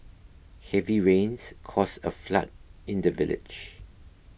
heavy rains caused a flood in the village